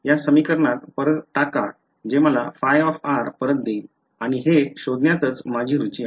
त्यास या समीकरणात परत टाका जे मला ϕ परत देईल आणि हे शोधण्यातच माझी रुची आहे